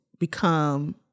become